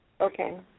Okay